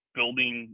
building